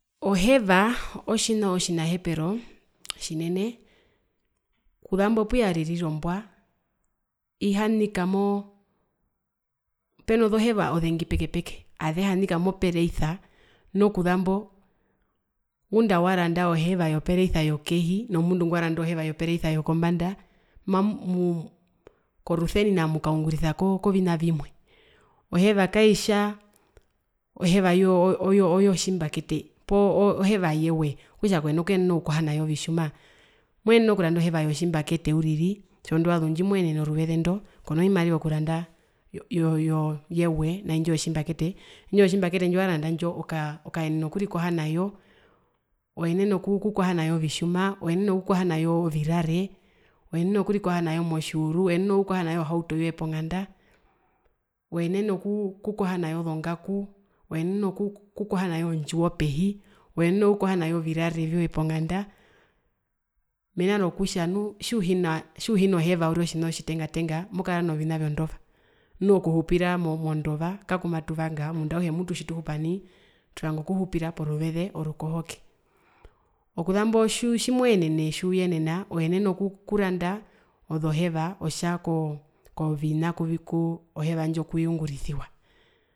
Oheva otjina otjinahepero tjinene, okuzambo puyaririra ombwa ihanika moo penozoheva ozengi peke peke zehanika mopereisa nokuzambo ngunda awaranda oheva yopereisa yokehi nomundu ngwaranda oheva yopereisa yokombanda mamuuu korusenina mukaungurisa koko koviva vimwe, oheva kaitjaa oheva yoye oyo oyotjimbakete poo heva yewe konakuyenena okukoha nayo vitjuma, mwenene okuranda oheva yotjimbakete uriri tjondovazu ondjimoyenene oruveze ndo kona vimariva vyokuranda yoyo yo yewe naindji yotjimbakete, indji yotjimbakete ndjiwaranda ndo okaenena okurikoha nayo, ooenene okukoha nayo vitjuma owenene okukoha nayo virare, owenene okurikoha nayo motjiuru owenene okukoha nayo hauto yoye ponganda oenene okukoha nayo ku kukoha nayo zongaku oenene kukoha nayo ndjiwo pehi oenene okukoha nayovirare vyoye pongdanda mena rokutja nu tjiuhina tjiuhina oheva uriri otjina otjitenga tenga mokara novina vyondova nu okuhupira mondova kakumatuvanga omundu auhe mutu tjituhupa naituvanga okuhupira poruveze orukohoke, okuambo tjimoenene oenene okuranda ozoheva otja kovina oo oo oheva kuingurisiwa.